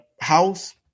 house